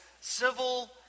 civil